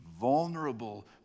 vulnerable